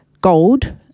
gold